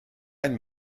ein